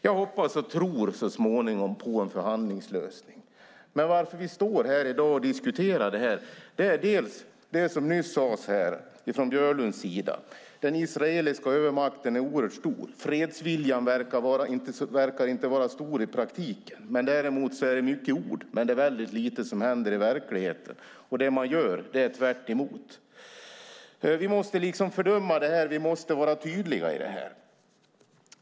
Jag hoppas och tror på en förhandlingslösning så småningom. Men vi står här i dag och diskuterar detta bland annat på grund av det som Björlund sade, nämligen att den israeliska övermakten är oerhört stor. Fredsviljan verkar inte vara så stor i praktiken. Däremot är det många ord, men det är väldigt lite som händer i verkligheten, och det man gör är tvärtemot. Vi måste fördöma detta och vara tydliga.